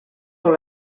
dans